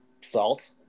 salt